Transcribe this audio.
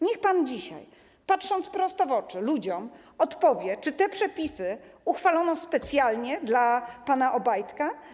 Niech pan dzisiaj, patrząc ludziom prosto w oczy, odpowie, czy te przepisy uchwalono specjalnie dla pana Obajtka.